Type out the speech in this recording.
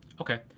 Okay